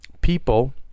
people